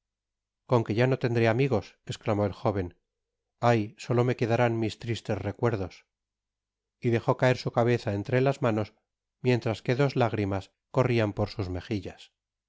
con qué ya no tendré amigos esclamó el jóven ay solo me quedarán mis tristes recuerdos content from google book search generated at i y dejó caer su cabeza entre las manos mientras que dos lágrimas corrian por sus mejillas